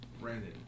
Brandon